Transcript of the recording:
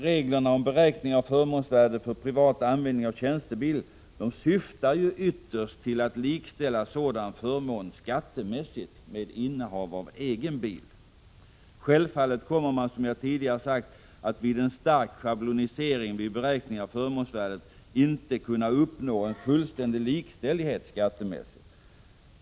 Reglerna om beräkning av förmånsvärde för privat användning av tjänstebil syftar ju ytterst till att likställa sådan förmån skattemässigt med innehav av egen bil. Självfallet kommer man, som jag tidigare sagt, att vid en stark schablonisering vid beräkning av förmånsvärdet inte att uppnå en fullständig likställighet skattemässigt.